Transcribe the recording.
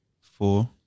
four